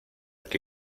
que